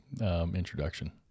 introduction